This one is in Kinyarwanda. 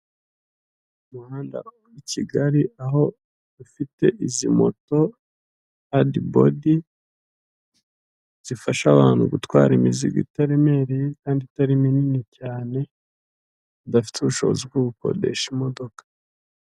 Umuhanda uva kigali aho ufite izi moto hadi bodi zifasha abantu gutwara imizigo itaremereye kandi itari minini cyane idafite ubushobozi bwo gukodesha imodoka.